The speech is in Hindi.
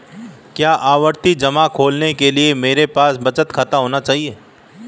क्या आवर्ती जमा खोलने के लिए मेरे पास बचत खाता होना चाहिए?